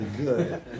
good